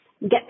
get